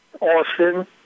Austin